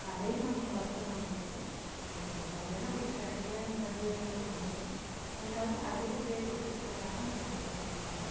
கதையை நம்ம குற சொல்ல முடியாது நமக்கு சரியானபடி கிடைக்கலேன்றது ஒன்று ரெண்டாவது அதிக பேஜஸ் இருக்கிறதுனால நம்ம அது பண்ண முடியல